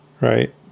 right